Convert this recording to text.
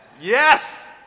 yes